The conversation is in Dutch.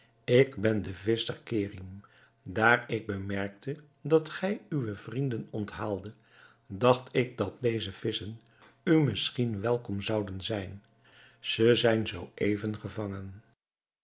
ik ben de visscher kerim daar ik bemerkte dat gij uwe vrienden onthaaldet dacht ik dat deze visschen u misschien welkom zouden zijn ze zijn zoo even gevangen